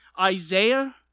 Isaiah